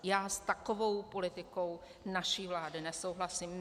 Já s takovou politikou naší vlády nesouhlasím.